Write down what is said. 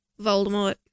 Voldemort